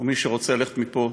ומי שרוצה ללכת מפה,